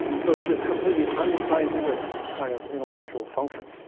so it's this completely unscientific kind of intellectual function.